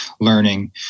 learning